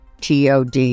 TOD